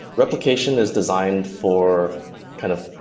replication is designed for kind of,